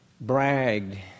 bragged